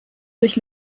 durch